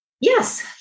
Yes